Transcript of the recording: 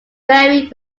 very